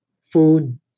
food